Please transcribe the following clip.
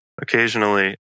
Occasionally